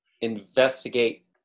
investigate